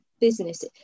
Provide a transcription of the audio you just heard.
business